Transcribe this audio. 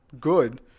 good